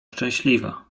szczęśliwa